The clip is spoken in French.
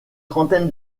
trentaine